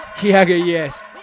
Yes